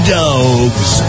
dogs